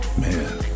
Man